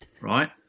right